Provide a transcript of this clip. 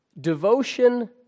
devotion